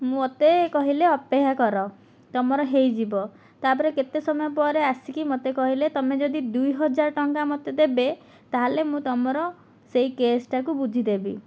ମୋତେ କହିଲେ ଅପେକ୍ଷା କର ତୁମର ହୋଇଯିବ ତା'ପରେ କେତେ ସମୟ ପରେ ଆସିକି ମୋତେ କହିଲେ ତୁମେ ଯଦି ଦୁଇ ହଜାର ଟଙ୍କା ମୋତେ ଦେବେ ତା'ହେଲେ ମୁଁ ତୁମର ସେହି କେସ୍ଟାକୁ ବୁଝି ଦେବି